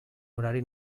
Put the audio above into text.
horari